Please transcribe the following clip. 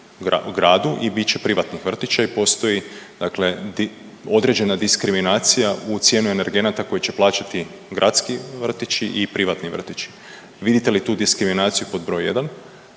gradu i bit će privatnih vrtića i postoje dakle određena diskriminacija u cijeni energenata koji će plaćati gradski vrtići i privatni vrtići. Vidite li tu diskriminaciju pod broj 1?